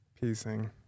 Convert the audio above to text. piecing